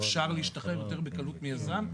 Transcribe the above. אפשר להשתחרר יותר בקלות מיזם.